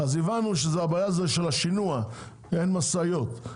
אז הבנו שהבעיה זה של השינוע כי אין משאיות,